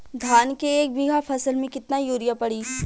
धान के एक बिघा फसल मे कितना यूरिया पड़ी?